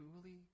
truly